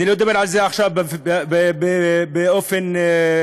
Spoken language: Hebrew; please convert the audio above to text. אני לא אדבר על זה עכשיו באופן מפורט,